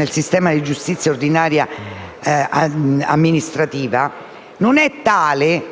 il sistema di giustizia ordinaria e amministrativa) non è tale